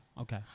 Okay